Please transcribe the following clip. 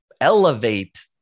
elevate